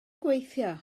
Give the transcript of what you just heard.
gweithio